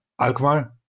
Alkmaar